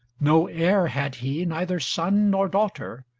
no heir had he, neither son nor daughter,